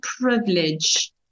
privilege